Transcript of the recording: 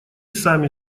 сами